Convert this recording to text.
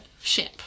ship